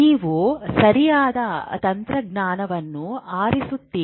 ನೀವು ಸರಿಯಾದ ತಂತ್ರಜ್ಞಾನವನ್ನು ಆರಿಸುತ್ತೀರಿ